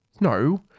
No